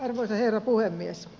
arvoisa herra puhemies